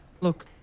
look